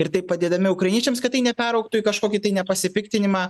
ir taip padėdami ukrainiečiams kad tai neperaugtų į kažkokį tai ne pasipiktinimą